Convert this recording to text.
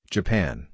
Japan